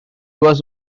was